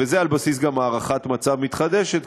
וזה גם על בסיס הערכת מצב מתחדשת,